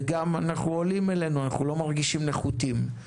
וגם עולים אלינו, אנחנו לא מרגישים נחותים.